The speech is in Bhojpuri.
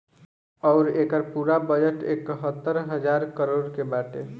अउर एके पूरा बजट एकहतर हज़ार करोड़ के बाटे